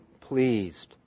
pleased